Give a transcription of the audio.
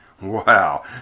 Wow